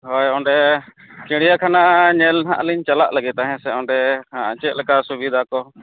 ᱦᱚᱭ ᱚᱸᱰᱮ ᱪᱮᱲᱭᱟᱹᱠᱷᱟᱱᱟ ᱧᱮᱞ ᱞᱤᱧ ᱪᱟᱞᱟᱜᱼᱟ ᱞᱟᱹᱜᱤᱫᱼᱟ ᱦᱮᱸᱥᱮ ᱚᱸᱰᱮ ᱪᱮᱫ ᱞᱮᱠᱟ ᱥᱩᱵᱤᱫᱷᱟ ᱠᱚ